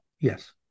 yes